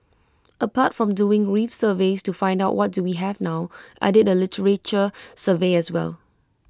apart from doing reef surveys to find out what do we have now I did A literature survey as well